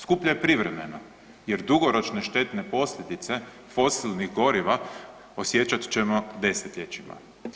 Skuplja je privremeno, jer dugoročne štetne posljedice fosilnih goriva osjećat ćemo desetljećima.